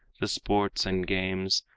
the sports and games,